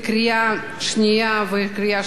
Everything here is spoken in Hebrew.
לקריאה שנייה ובקריאה שלישית,